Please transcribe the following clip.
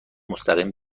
مستقیم